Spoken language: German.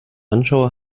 anschaue